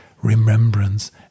remembrance